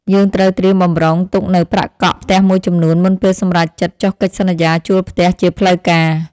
យើងត្រូវត្រៀមបម្រុងទុកនូវប្រាក់កក់ផ្ទះមួយចំនួន មុនពេលសម្រេចចិត្តចុះកិច្ចសន្យាជួលផ្ទះជាផ្លូវការ។